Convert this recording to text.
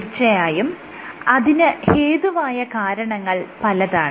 തീർച്ചയായും അതിന് ഹേതുവായ കാരണങ്ങൾ പലതാണ്